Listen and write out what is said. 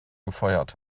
gefeuert